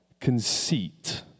conceit